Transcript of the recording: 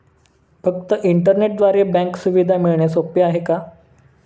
फक्त इंटरनेटद्वारे बँक सुविधा मिळणे सोपे आहे का?